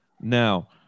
Now